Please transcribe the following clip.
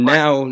now